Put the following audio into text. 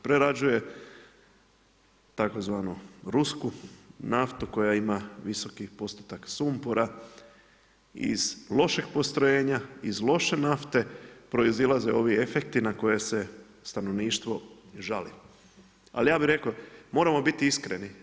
Prerađuje, tzv. rusku naftu koja ima visoki postotak sumpora iz lošeg postrojenja, iz loše nafte, proizlazi ovi efekti na koje se stanovništvo žali, ali ja bi rekao, moramo biti iskreni.